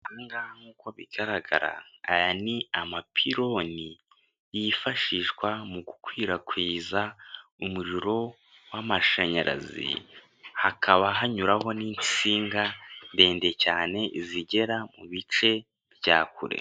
Aha ngaha nkuko bigaragara aya ni amapironi yifashishwa mu gukwirakwiza umuriro w'amashanyarazi, hakaba hanyuraho n'insinga ndende cyane zigera mu bice bya kure.